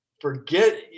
forget